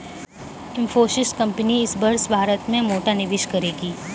Infosys company इस वर्ष भारत में मोटा निवेश करेगी